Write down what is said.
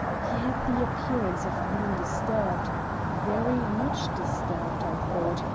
he had the appearance of being disturbed very much disturbed, i thought,